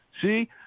see